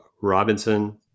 Robinson